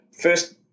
first